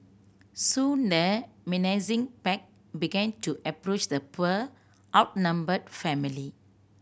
soon the menacing pack began to approach the poor outnumbered family